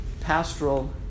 pastoral